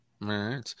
right